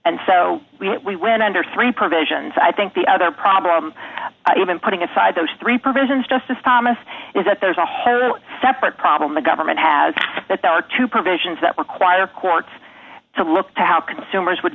and so we win under three provisions i think the other problem even putting aside those three provisions justice thomas is that there's a whole separate problem the government has that there are two provisions that require courts to look to how consumers would